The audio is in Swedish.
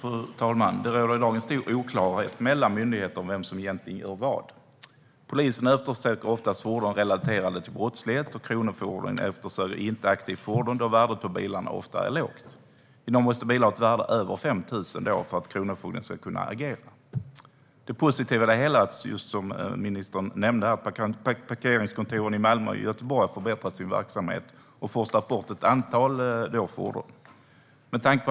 Fru talman! Det råder i dag en stor oklarhet mellan myndigheter om vem som egentligen gör vad. Polisen eftersöker oftast fordon relaterade till brottslighet, och kronofogden eftersöker inte aktivt fordon då värdet på bilarna ofta är lågt. I dag måste bilar ha ett värde över 5 000 kronor för att kronofogden ska kunna agera. Det positiva i det hela, som ministern nämnde här, är att parkeringskontoren i Malmö och Göteborg har förbättrat sin verksamhet och forslat bort ett antal fordon.